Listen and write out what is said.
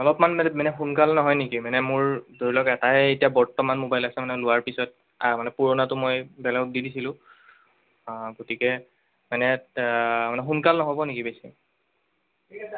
অলপমান মানে মানে সোনকাল নহয় নেকি মানে মোৰ ধৰি লওক এটায়ে এতিয়া বৰ্তমান ম'বাইল আছে মানে লোৱাৰ পিছত মানে পুৰণাটো মই বেলেগক দি দিছিলোঁ গতিকে মানে মানে সোনকাল নহ'ব নেকি বেছি